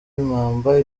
impamba